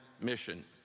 mission